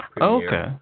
okay